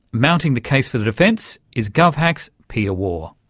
mounting the case for the defence is govhack's pia waugh.